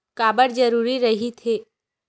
का बार जरूरी रहि थे?